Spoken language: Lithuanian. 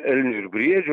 elniu ir briedžiu